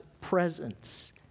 presence